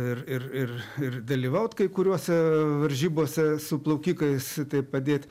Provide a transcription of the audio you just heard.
ir ir ir ir dalyvaut kai kuriose varžybose su plaukikais taip padėt